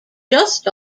just